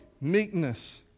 meekness